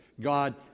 God